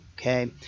okay